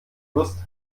wurst